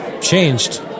Changed